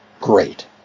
Great